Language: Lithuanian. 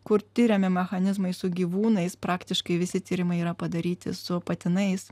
kur tiriami mechanizmai su gyvūnais praktiškai visi tyrimai yra padaryti su patinais